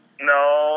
No